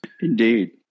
Indeed